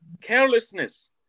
Carelessness